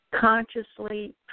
consciously